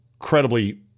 incredibly